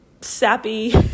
sappy